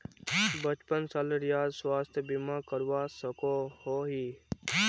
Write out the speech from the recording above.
पचपन सालेर बाद स्वास्थ्य बीमा करवा सकोहो ही?